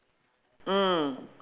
mm